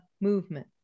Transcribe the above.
movement